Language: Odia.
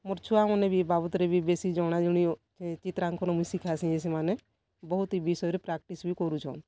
ମୋର୍ ଛୁଆମାନେ ବି ବାବଦ୍ ରେ ବି ବେଶୀ ଜଣାଜଣି ଚିତ୍ରାଙ୍କନ ମୁଇଁ ଶିଖାସି ସେମାନେ ବହୁତ୍ ଏ ବିଷୟରେ ପ୍ରାକ୍ଟିସ୍ବି କରୁଛନ୍